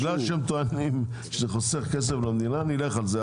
בגלל שהם טוענים שזה חוסך כסף למדינה נלך על זה,